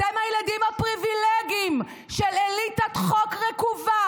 אתם הילדים הפריבילגים של אליטת חוק רקובה